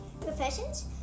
professions